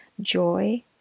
Joy